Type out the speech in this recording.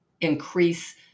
increase